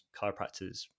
chiropractors